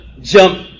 jump